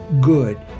good